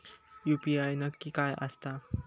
UPI नक्की काय आसता?